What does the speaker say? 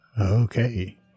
Okay